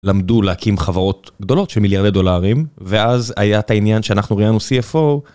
למדו להקים חברות גדולות שמיליארדי דולרים ואז היה את העניין שאנחנו ראיינו CFO.